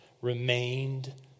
remained